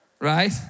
right